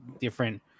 different